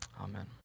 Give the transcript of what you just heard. Amen